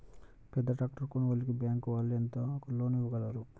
పెద్ద ట్రాక్టర్ కొనుగోలుకి బ్యాంకు వాళ్ళు ఎంత వరకు లోన్ ఇవ్వగలరు?